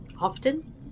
often